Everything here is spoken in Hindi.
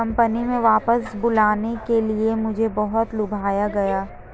कंपनी में वापस बुलाने के लिए मुझे बहुत लुभाया गया